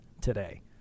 today